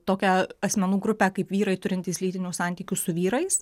tokią asmenų grupę kaip vyrai turintys lytinių santykių su vyrais